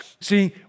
See